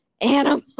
animal